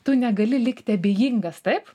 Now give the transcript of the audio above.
tu negali likti abejingas taip